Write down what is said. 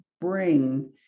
bring